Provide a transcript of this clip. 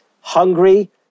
hungry